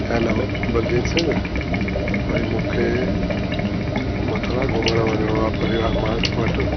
hello Baldev Singh भाई मूंखे मथुरा घुमण वञिणो आहे परिवार मां वटि